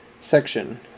Section